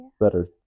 better